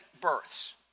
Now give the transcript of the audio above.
births